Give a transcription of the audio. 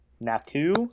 Naku